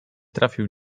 trafił